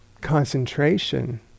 concentration